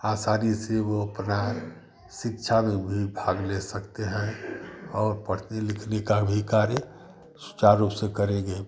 आसानी से वह अपनी शिक्षा में भी भाग ले सकते हैं और पढ़ने लिखने का भी कार्य सुचारु रूप से करेंगे